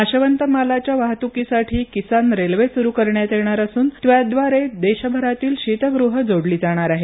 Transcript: नाशवंत मालाच्या वाहतूकीसाठी किसान रेल्वे सुरू करण्यात येणार असून त्याद्वारे देशभरातील शीतगृहं जोडली जाणार आहेत